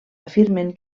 afirmen